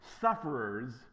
sufferers